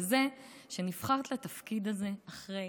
וזה שנבחרת לתפקיד הזה אחרי